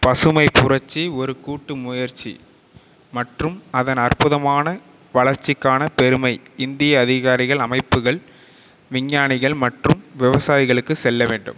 பசுமைப் புரட்சி ஒரு கூட்டு முயற்சி மற்றும் அதன் அற்புதமான வளர்ச்சிக்கான பெருமை இந்திய அதிகாரிகள் அமைப்புகள் விஞ்ஞானிகள் மற்றும் விவசாயிகளுக்குச் செல்ல வேண்டும்